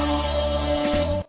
oh